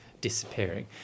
disappearing